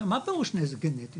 מה פירוש נזק גנטי?